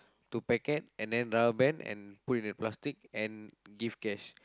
to packet and then rubber band and put it in a plastic and give cash